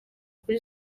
kuri